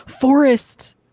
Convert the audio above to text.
Forest